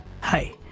Hi